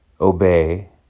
obey